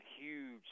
huge